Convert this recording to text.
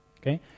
Okay